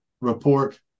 report